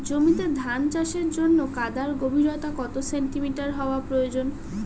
জমিতে ধান চাষের জন্য কাদার গভীরতা কত সেন্টিমিটার হওয়া প্রয়োজন?